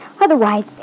Otherwise